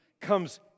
comes